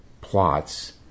plots